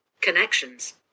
Connections